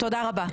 תודה רבה.